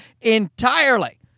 entirely